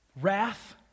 wrath